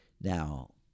Now